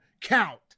count